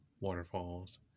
waterfalls